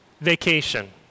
vacation